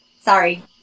sorry